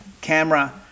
camera